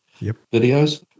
videos